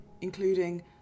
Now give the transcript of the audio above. including